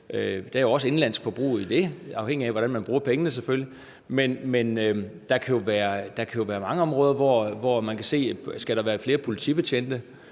er jo også indlandsforbrug i det, selvfølgelig afhængigt af hvordan man bruger pengene. Men der kan jo være mange områder, hvor man kan spørge: Skal der være flere politibetjente?